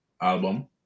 album